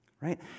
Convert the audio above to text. right